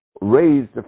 raised